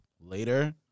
later